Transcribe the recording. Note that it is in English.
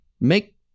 make